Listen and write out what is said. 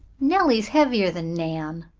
nellie is heavier than nan,